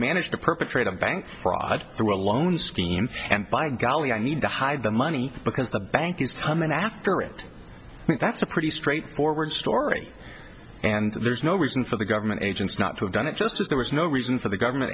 managed to perpetrate a bank fraud through a loan scheme and by golly i need to hide the money because the bank is time after it that's a pretty straightforward story and there's no reason for the government agents not to have done it just as there was no reason for the government